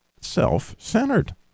self-centered